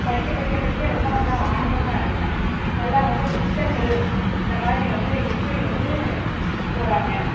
படிக்க படிக்க படிக்க ரொம்ப வந்து ஆனந்தமாக இருக்கும் நல்லா வந்து சித்தர்கள் இந்தமாதிரி வந்து எப்படி வந்து போகிறாங்க